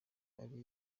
ari